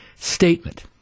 statement